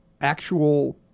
actual